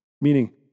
meaning